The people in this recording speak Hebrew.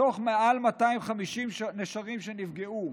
מתוך מעל 250 נשרים שנפגעו